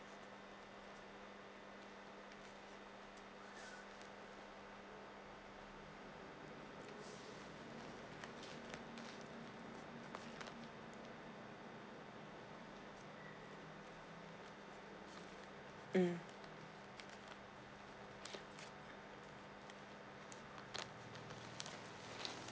mm